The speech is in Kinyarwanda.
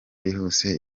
yihuse